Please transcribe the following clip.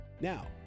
Now